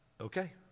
Okay